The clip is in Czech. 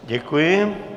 Děkuji.